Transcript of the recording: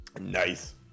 Nice